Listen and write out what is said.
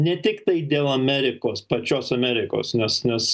ne tiktai dėl amerikos pačios amerikos nes nes